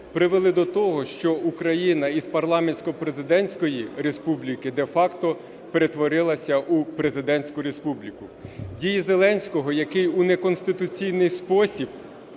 привели до того, що Україна із парламентсько-президентської республіки де-факто перетворилася в президентську республіку. Дії Зеленського, який в неконституційний спосіб